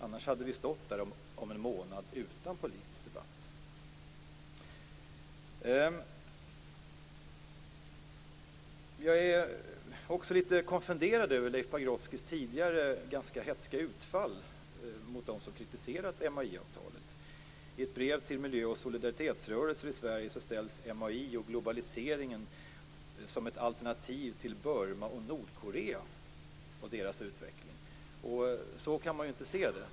Annars hade vi stått där om en månad utan politisk debatt. Jag är också litet konfunderad över Leif Pagrotskys tidigare ganska hätska utfall mot dem som kritiserat MAI-avtalet. I ett brev till miljö och solidaritetsrörelser i Sverige ställs MAI och globaliseringen som ett alternativ till Burma och Nordkorea och deras utveckling. Så kan man ju inte se det.